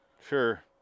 Sure